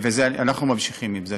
אנחנו ממשיכים עם זה.